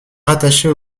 rattachée